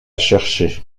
chercher